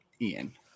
Ian